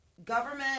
Government